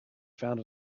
found